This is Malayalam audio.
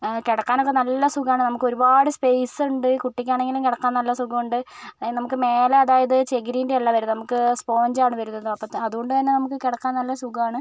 കിടക്കാൻ ഒക്കെ നല്ല സുഖമാണ് ഒരുപാട് സ്പേസ് ഉണ്ട് കുട്ടിക്കാണെങ്കിലും കിടക്കാൻ നല്ല സുഖമുണ്ട് മുകളിൽ അതായത് ചകിരിൻ്റെ അല്ല വരുന്നത് സ്പോഞ്ച് ആണ് വരുന്നത് അതുകൊണ്ട് തന്നെ നമുക്ക് കിടക്കാൻ നല്ല സുഖമാണ്